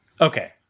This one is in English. Okay